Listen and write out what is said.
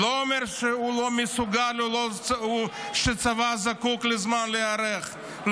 לא אומר שהוא לא מסוגל או שהצבא זקוק לזמן להיערך,